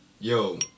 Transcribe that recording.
Yo